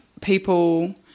people